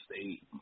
state